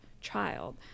child